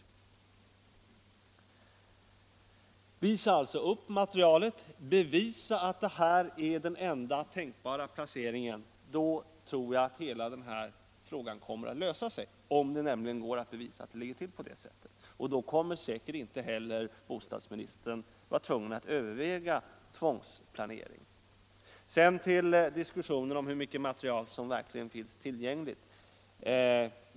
Om regeringen däremot redovisar beslutsunderlaget så att vi får ett bevis för att Järva är den enda tänkbara placeringen tror jag att denna fråga kommer att lösa sig, förutsatt att det går att bevisa att det är på det sättet. Då blir bostadsministern säkert inte heller tvungen att överväga tvångsplacering. Jag vill också återkomma till diskussionen om hur mycket beslutsmaterial som verkligen finns tillgängligt.